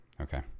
Okay